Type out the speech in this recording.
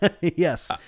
Yes